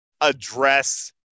address